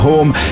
Home